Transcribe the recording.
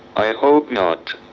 i and hope not.